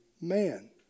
Man